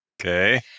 Okay